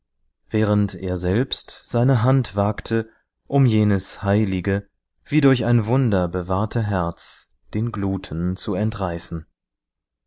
während er selbst seine hand wagte um jenes heilige wie durch ein wunder bewahrte herz den gluten zu entreißen